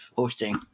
hosting